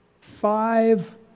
five